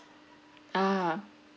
ah